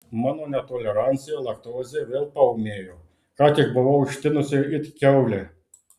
mano netolerancija laktozei vėl paūmėjo ką tik buvau ištinusi it kiaulė